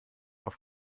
auf